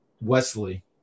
Wesley